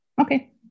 Okay